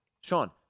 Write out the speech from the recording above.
Sean